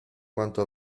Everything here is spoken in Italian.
quanto